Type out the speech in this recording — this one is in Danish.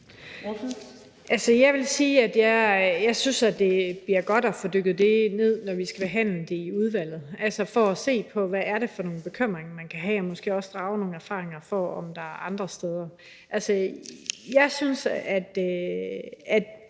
Jeg vil sige, at jeg synes, at det bliver godt at dykke ned i det, når vi skal behandle det i udvalget, og se på, hvad det er for nogle bekymringer, man kan have, og måske også drage nogle erfaringer fra andre steder. Jeg synes